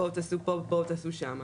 בואו תעשו פה תעשו שם.